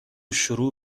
شروع